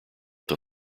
than